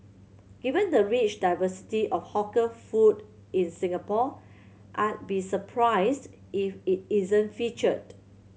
given the rich diversity of hawker food in Singapore I be surprised if it isn't featured